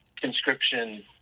conscription